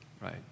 right